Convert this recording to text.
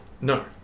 No